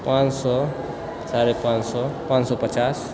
पाँच सए साढ़े पाँच सए पाँच सए पचास